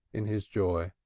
in his joy.